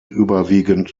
überwiegend